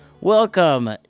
Welcome